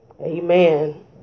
Amen